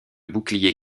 bouclier